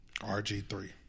RG3